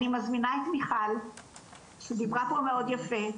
אני מזמינה את מיכל שדיברה פה מאוד יפה,